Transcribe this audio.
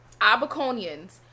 Abaconians